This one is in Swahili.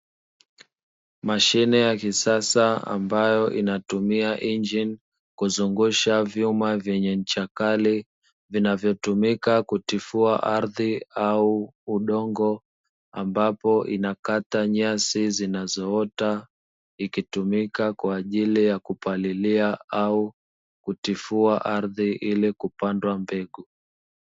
Mashine ya kisasa ambayo inatumia injini, kuzungusha vyuma vyenye mchakato vinavyotumika kutifua ardhi au udongo ambapo inakata nyasi zinazoota ikitumika kwa ajili ya kupalilia au kutifua ardhi ili kupandwa mbegu.